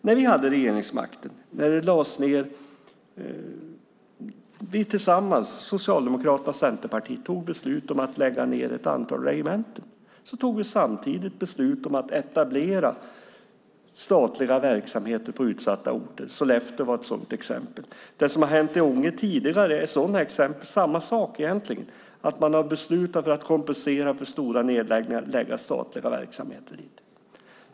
När vi hade regeringsmakten och vi tillsammans, Socialdemokraterna och Centerpartiet, tog beslut om att lägga ned ett antal regementen tog vi samtidigt beslut om att etablera statliga verksamheter på utsatta orter. Sollefteå var ett sådant exempel. Det som har hänt i Ånge tidigare är egentligen samma sak. Man har beslutat att kompensera för stora nedläggningar och lägga statliga verksamheter där.